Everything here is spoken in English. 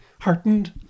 heartened